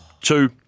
Two